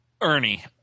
Ernie